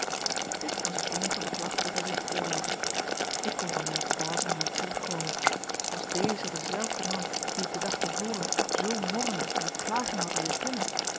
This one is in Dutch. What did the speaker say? dit was het eenige beklag dat hij zich veroorloofde ik kon van mijne verbazing niet terugkomen was deze dezelfde man wien ik den dag te voren zoo morrende en klagende had leeren kennen